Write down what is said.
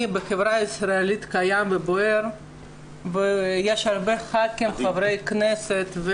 בחברה הישראלית קיים ובוער ויש הרבה חברות כנסת,